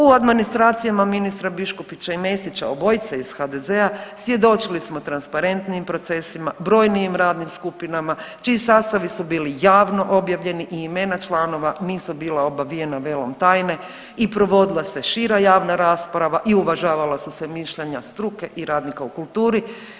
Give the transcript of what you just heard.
U administracijama ministra Biškupića i Mesića obojica iz HDZ-a svjedočili smo transparentnim procesima, brojnim radnim skupinama čiji sastavi su bili javno objavljeni i imena članova nisu bila obavijena velom tajne i provodila se šira javna rasprava i uvažavala su se mišljenja struke i radnika u kulturi.